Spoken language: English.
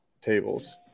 tables